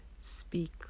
speak